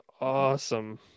awesome